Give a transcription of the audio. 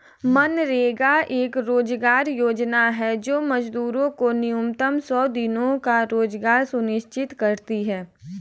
मनरेगा एक रोजगार योजना है जो मजदूरों को न्यूनतम सौ दिनों का रोजगार सुनिश्चित करती है